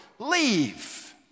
leave